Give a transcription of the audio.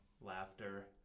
laughter